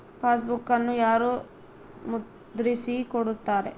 ಪಾಸ್ಬುಕನ್ನು ಯಾರು ಮುದ್ರಿಸಿ ಕೊಡುತ್ತಾರೆ?